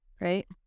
Right